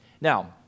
Now